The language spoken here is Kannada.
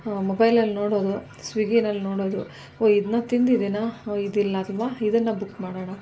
ಮೊಬೈಲಲ್ಲಿ ನೋಡೋದು ಸ್ವಿಗ್ಗಿನಲ್ಲಿ ನೋಡೋದು ಓ ಇದನ್ನ ತಿಂದಿದ್ದೀನಾ ಹಾಂ ಇದಿಲ್ಲ ಅಲ್ಲವಾ ಇದನ್ನು ಬುಕ್ ಮಾಡೋಣ